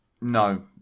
No